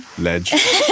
Ledge